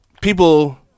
People